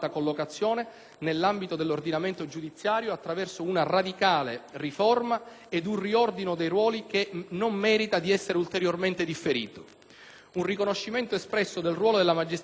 nell'ambito dell'ordinamento giudiziario attraverso una radicale riforma ed un riordino dei ruoli che non merita di essere ulteriormente differito. Un riconoscimento espresso del ruolo della magistratura onoraria